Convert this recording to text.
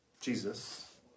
Jesus